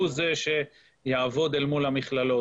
הוא זה שיעבוד מול המכללות,